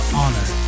honor